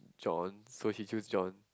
John so he choose John